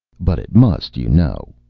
but it must, you know,